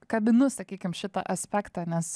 kabinu sakykim šitą aspektą nes